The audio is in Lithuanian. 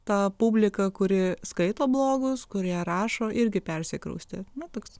ta publika kuri skaito blogus kurie rašo irgi persikraustė nu toks